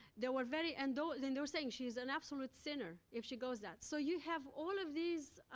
there were very and though they and were saying she's an absolute sinner if she goes that. so, you have all of these,